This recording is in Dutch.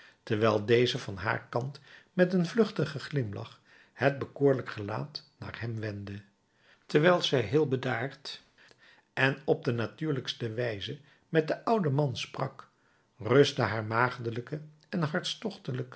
terwijl deze van haar kant met een vluchtigen glimlach het bekoorlijk gelaat naar hem wendde terwijl zij heel bedaard en op de natuurlijkste wijze met den ouden man sprak rustte haar maagdelijke en